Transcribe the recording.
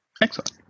Excellent